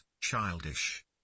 childish